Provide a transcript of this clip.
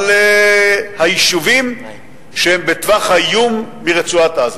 על היישובים שהם בטווח האיום מרצועת-עזה,